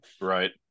Right